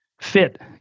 fit